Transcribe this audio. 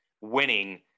winning